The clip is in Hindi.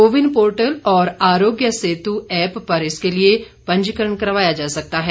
कोविन पोर्टल और आरोग्य सेतु ऐष्प पर इसके लिए पंजीकरण करवाया जा सकता है